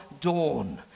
dawn